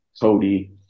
Cody